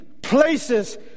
Places